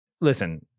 listen